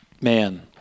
Man